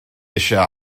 eisiau